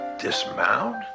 Dismount